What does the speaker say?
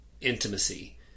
intimacy